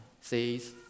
says